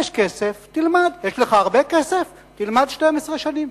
יש כסף, תלמד, יש לך הרבה כסף, תלמד 12 שנים.